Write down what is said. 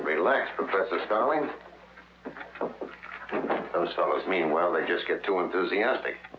relax professor starlings those fellows mean well they just get too enthusiastic